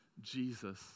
Jesus